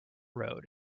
road